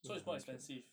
so it's more expensive